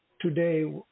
today